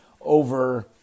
over